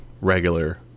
regular